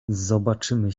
zobaczymy